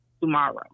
tomorrow